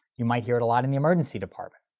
you might hear it a lot in the emergency department.